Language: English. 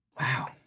Wow